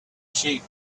sheep